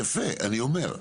יפה אני אומר,